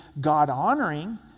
God-honoring